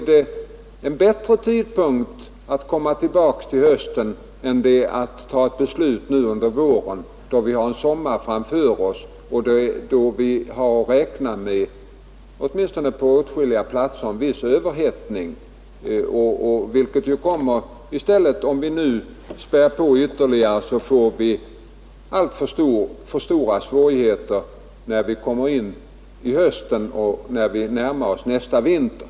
Det är bättre att komma tillbaka i höst än att fatta ett beslut under våren, då vi har en sommar framför oss och då vi åtminstone på åtskilliga platser har att räkna med en viss överhettning. Om vi nu späder på ytterligare får vi alltför stora svårigheter när vi kommer in i hösten och närmar oss nästa vinter.